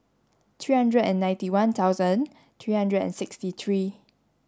three hundred and ninety one thousand three hundred and sixty three